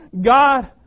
God